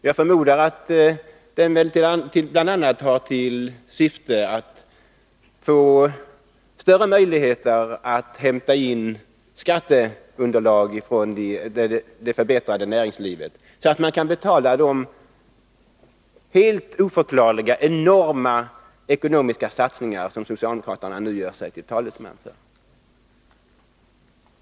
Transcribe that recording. Jag förmodar att den bl.a. har till syfte att skapa större möjligheter att hämta in skatteunderlag från det förkättrade näringslivet, så att man kan betala de helt oförklarliga enorma ekonomiska satsningar som socialdemokraterna nu gör sig till talesmän för.